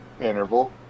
interval